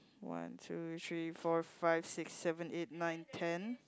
one two three four five six seven eight nine ten